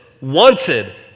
wanted